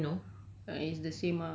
is he how is he doing now do you know